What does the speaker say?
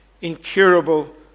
incurable